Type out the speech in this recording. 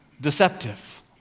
deceptive